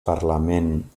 parlament